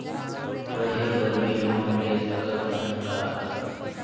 पढ़े बर भी लोन ले सकत हन का?